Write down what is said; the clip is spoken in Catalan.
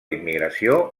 immigració